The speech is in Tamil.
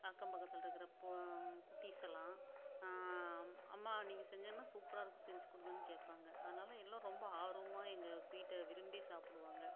அக்கம் பக்கத்தில் இருக்கிற குட்டீஸெல்லாம் அம்மா நீங்கள் செஞ்சீங்கன்னா சூப்பராக இருக்கு செஞ்சு கொடுங்கன்னு கேட்பாங்க அதனால் எல்லாம் ரொம்ப ஆர்வமாக எங்கள் ஸ்வீட்டை விரும்பி சாப்பிடுவாங்க